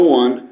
one